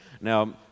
Now